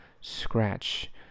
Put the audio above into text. scratch